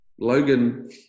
Logan